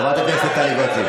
חברת הכנסת טלי גוטליב,